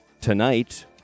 Tonight